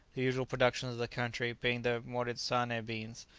the usual productions of the country being the moritsane beans,